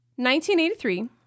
1983